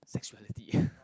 sexuality